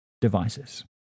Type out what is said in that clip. devices